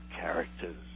characters